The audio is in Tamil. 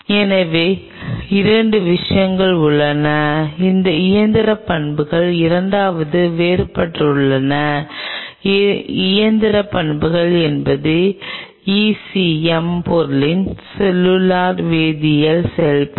எனவே 2 விஷயங்கள் உள்ளன அதன் இயந்திர பண்புகள் இரண்டாவதாக வேறுபடுகின்றன இயந்திர பண்பு என்பது ECM பொருளின் செல்லுலார் வேதியியலின் செயல்பாடு